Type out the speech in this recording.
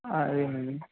అదే